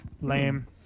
Lame